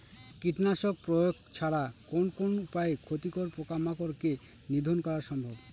কীটনাশক প্রয়োগ ছাড়া কোন কোন উপায়ে ক্ষতিকর পোকামাকড় কে নিধন করা সম্ভব?